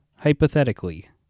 hypothetically